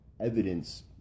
Evidence